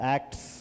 Acts